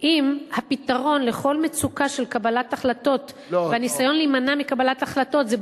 אם הפתרון לכל מצוקה של קבלת החלטות והניסיון להימנע מקבלת החלטות הוא,